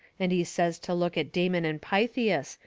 and he says to look at damon and pythias,